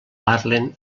parlen